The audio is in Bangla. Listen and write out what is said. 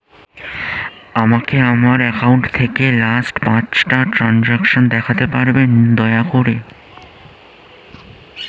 আমাকে আমার অ্যাকাউন্ট থেকে লাস্ট পাঁচটা ট্রানজেকশন দেখাতে পারবেন দয়া করে